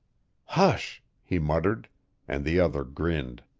hush! he muttered and the other grinned.